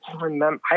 remember –